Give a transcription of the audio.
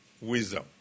wisdom